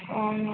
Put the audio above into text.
అవును